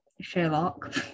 Sherlock